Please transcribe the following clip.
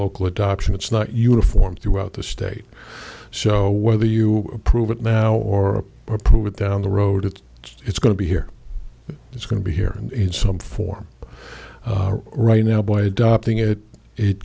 local adoption it's not uniform throughout the state so whether you approve it now or approve it down the road if it's going to be here it's going to be here in some form right now by adopting it it